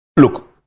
Look